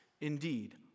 Indeed